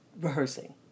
rehearsing